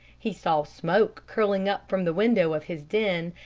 he saw smoke curling up from the window of his den,